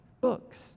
books